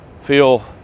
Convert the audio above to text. feel